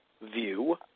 view